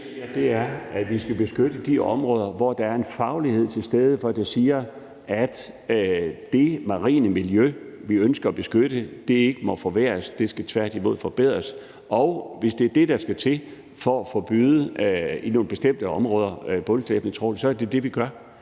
er, at vi skal beskytte de områder, hvor der er en faglighed til stede, der siger, at det marine miljø, vi ønsker at beskytte, ikke må forværres, men tværtimod skal forbedres. Hvis det er det, der skal til for at forbyde i nogle bestemte områder bundslæbende trawl, er det det, vi gør,